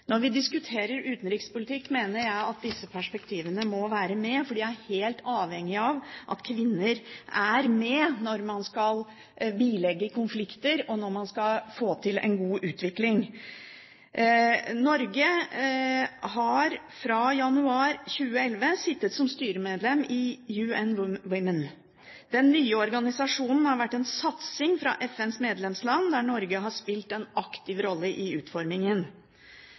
Når vi diskuterer utenrikspolitikk, mener jeg at disse perspektivene må være med, for vi er helt avhengig av at kvinner er med når man skal bilegge konflikter, og når man skal få til en god utvikling. Norge har fra januar 2011 sittet som styremedlem i UN-Women. Den nye organisasjonen har vært en satsing fra FNs medlemsland, der Norge har spilt en aktiv rolle i utformingen.